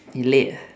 late